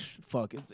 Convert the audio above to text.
fuck